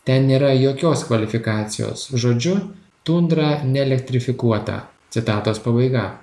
ten nėra jokios kvalifikacijos žodžiu tundra neelektrifikuota citatos pabaiga